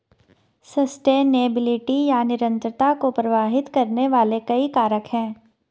sustainability या निरंतरता को प्रभावित करने वाले कई कारक हैं